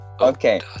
Okay